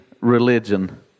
religion